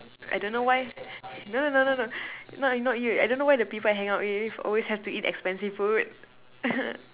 I don't know why no no no no no not not you I don't know why the people I hang out with always have to eat expensive food